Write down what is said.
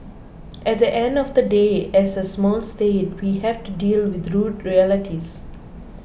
at the end of the day as a small state we have to deal with rude realities